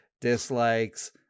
dislikes